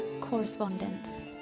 correspondence